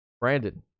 Brandon